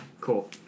Cool